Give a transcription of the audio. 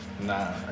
Nah